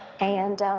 and